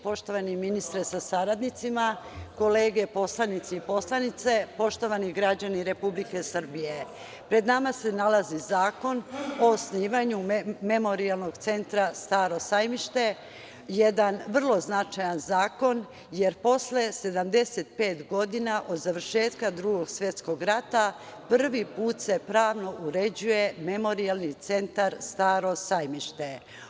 Poštovani ministre sa saradnicima, kolege poslanici i poslanice, poštovani građani Republike Srbije, pred nama se nalazi zakon o osnivanju memorijalnog centra „Staro sajmište“, jedan vrlo značajan zakon, jer posle 75 godina od završetka Drugog svetskog rata prvi put se pravno uređuje memorijalni centar „Staro sajmište“